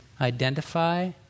Identify